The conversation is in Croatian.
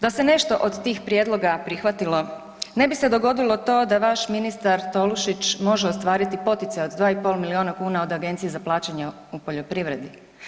Da se nešto od tih prijedloga prihvatilo, ne bi se dogodilo to da vaš ministar Tolušić može ostvariti poticaj od 2,5 milijuna kuna od Agencije za plaćanje u poljoprivredi.